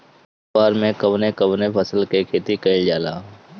कुवार में कवने कवने फसल के खेती कयिल जाला?